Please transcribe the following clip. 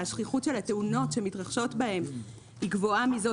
שהשכיחות של התאונות שמתרחשות בהם גבוהה מזאת